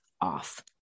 off